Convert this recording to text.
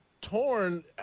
torn